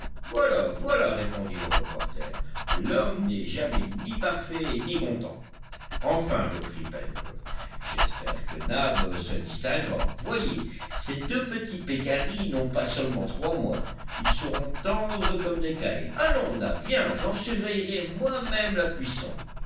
voilà voilà répondit le reporter l'homme n'est jamais ni parfait ni content enfin reprit pencroff j'espère que nab se distinguera voyez ces deux petits pécaris n'ont pas seulement trois mois ils seront tendres comme des cailles allons nab viens j'en surveillerai moi-même la cuisson